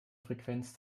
frequenz